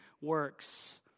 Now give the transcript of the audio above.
works